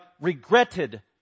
regretted